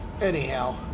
anyhow